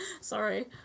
Sorry